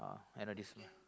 I know this one